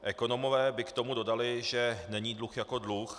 Ekonomové by k tomu dodali, že není dluh jako dluh.